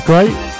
great